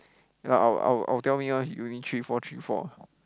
then I will I will I will tell him one he win three four three four